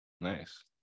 nice